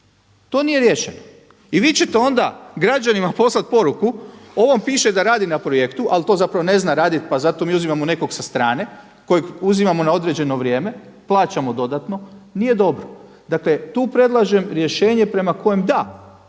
To nije riješeno. I vi ćete onda građanima poslati poruku ovom piše da radi na projektu, ali to zapravo ne zna raditi pa zato mi uzimamo nekog sa strane kojeg uzimamo na određeno vrijeme, plaćamo dodatno nije dobro. Dakle tu predlažem rješenje prema kojem da,